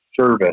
service